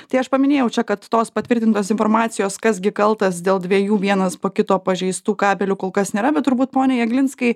tai aš paminėjau čia kad tos patvirtintos informacijos kas gi kaltas dėl dviejų vienas po kito pažeistų kabelių kol kas nėra bet turbūt pone jeglinskai